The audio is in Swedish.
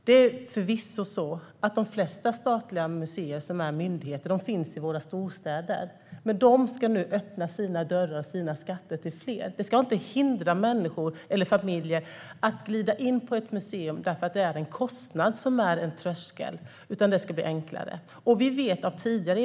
Det är förvisso så att de flesta statliga museer som är myndigheter finns i våra storstäder. Hur som helst ska de nu öppna sina dörrar och skatter för fler. Människor och familjer ska inte hindras av en kostnadströskel från att glida in på ett museum, utan det ska bli enklare.